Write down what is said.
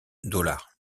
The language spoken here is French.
dollars